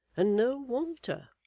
and no walter